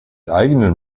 eigenen